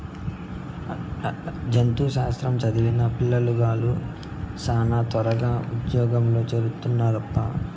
జంతు శాస్త్రం చదివిన పిల్లగాలులు శానా త్వరగా ఉజ్జోగంలో చేరతారప్పా